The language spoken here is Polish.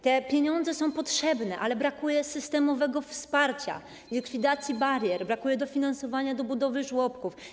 Te pieniądze są potrzebne, ale brakuje systemowego wsparcia, likwidacji barier, brakuje dofinansowania do budowy żłobków.